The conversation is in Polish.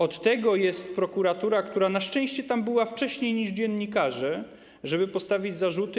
Od tego jest prokuratura, która na szczęście tam była wcześniej niż dziennikarze, żeby postawić zarzuty.